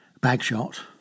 Bagshot